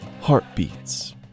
heartbeats